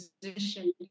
position